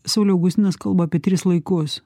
sauliau augustinas kalba apie tris laikus